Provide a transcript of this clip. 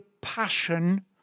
passion